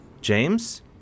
James